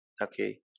Okay